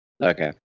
Okay